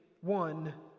one